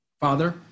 Father